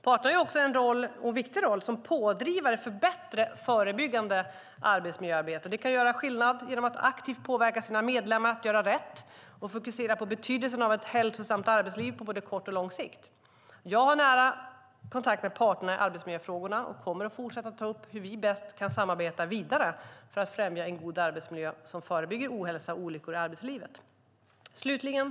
Parterna har också en viktig roll som pådrivare för ett bättre förebyggande arbetsmiljöarbete. De kan göra skillnad genom att aktiv påverka sina medlemmar att göra rätt och fokusera på betydelsen av ett hälsosamt arbetsliv på både kort och lång sikt. Jag har nära kontakt med parterna i arbetsmiljöfrågorna och kommer att fortsätta ta upp hur vi bäst kan samarbeta vidare för att främja en god arbetsmiljö som förebygger ohälsa och olyckor i arbetslivet. Herr talman!